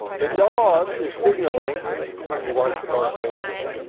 the dog is signaling he wants to go for a walk.